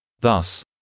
Thus